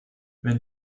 wenn